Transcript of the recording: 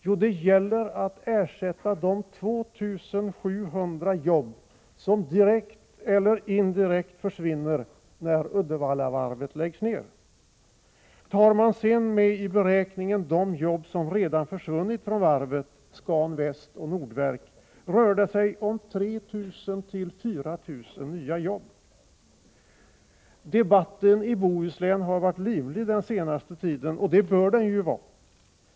Jo, det gäller att ersätta de 2 700 jobb som direkt eller indirekt försvinner, när Uddevallavarvet läggs ned. Tar man sedan med i beräkningen de jobb som redan försvunnit från varvet, Scan Väst och Nordverk rör det sig om 3 0004 000 nya jobb. Debatten i Bohuslän har varit livlig på den senaste tiden, och det bör den ju vara.